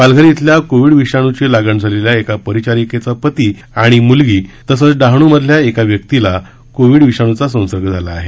ालघर इथल्या कोविड विषाणूची लागण झालेल्या एका रिचारिकेचा ती आणि मुलगी तसंच डहाणूमधल्या एका व्यक्तीला कोविड विषाणूचा संसर्ग झाला आहे